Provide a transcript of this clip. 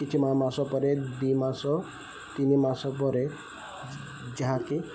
କିଛି ମାସ ପରେ ଦୁଇ ମାସ ତିନି ମାସ ପରେ ଯାହାକି